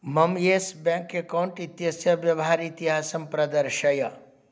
मम Yes Bank account इत्यस्य व्यवहार इतिहासं प्रदर्शय